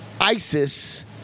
ISIS